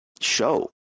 show